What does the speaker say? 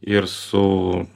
ir su